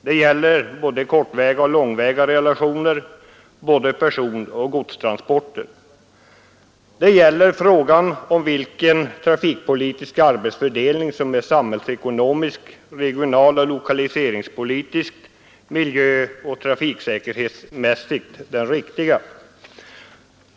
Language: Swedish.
Det gäller både kortväga och långväga relationer, både personoch godstransporter. Det gäller frågan om vilken trafikpolitisk arbetsfördelning som samhällsekonomiskt, regionaloch lokaliseringspolitiskt, miljöoch trafiksäkerhetsmässigt är den riktiga.